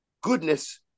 goodness